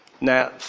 Now